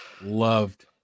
loved